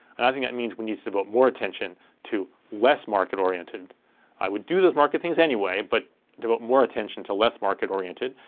and i think that means we need to devote more attention to less market-oriented i would do those market things anyway, but devote more attention to less market-oriented,